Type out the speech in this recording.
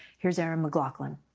here's erin mclaughlin.